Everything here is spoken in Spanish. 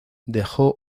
dejó